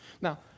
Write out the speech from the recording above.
Now